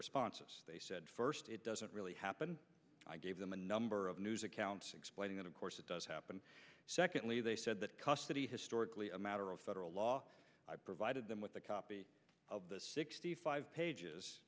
responses they said first it doesn't really happen i gave them a number of news accounts explaining that of course it does happen secondly they said that custody historically a matter of federal law provided them with a copy of the sixty five pages